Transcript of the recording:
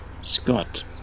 Scott